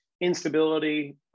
instability